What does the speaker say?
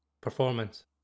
performance